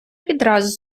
відразу